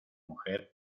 mujer